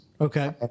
Okay